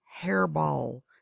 hairball